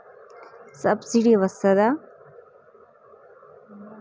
Subsidy వస్తదా?